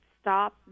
stop